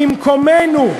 במקומנו.